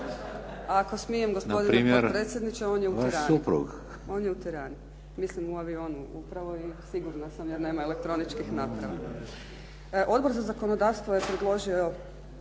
Ako smijem gospodine potpredsjedniče, on je u Tirani, mislim u avionu upravo i sigurna sam jer nema elektroničkih naprava. Odbor za zakonodavstvo je predložio